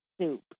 soup